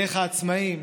דרך העצמאים,